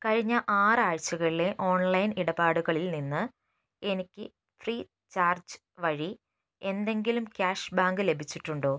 കഴിഞ്ഞ ആറ് ആഴ്ചകളിലെ ഓൺലൈൻ ഇടപാടുകളിൽ നിന്ന് എനിക്ക് ഫ്രീചാർജ് വഴി എന്തെങ്കിലും ക്യാഷ്ബാക്ക് ലഭിച്ചിട്ടുണ്ടോ